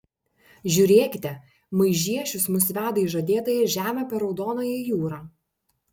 žiūrėkite maižiešius mus veda į žadėtąją žemę per raudonąją jūrą